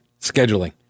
scheduling